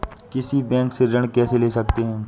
किसी बैंक से ऋण कैसे ले सकते हैं?